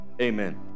amen